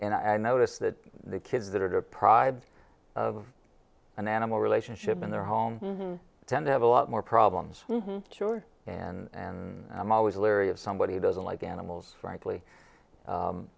and i notice that the kids that are deprived of an animal relationship in their home tend to have a lot more problems sure and i'm always leery of somebody doesn't like animals frankly